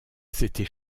c’était